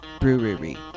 brewery